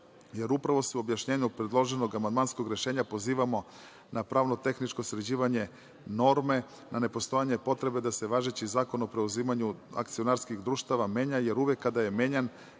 jer upravo se u objašnjenju predloženog amandmanskog rešenja pozivamo na pravno-tehničko sređivanje norme, na nepostojanje potrebe da se važeći Zakon o preuzimanju akcionarskih društava menja, jer uvek kada je menjan,